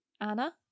Anna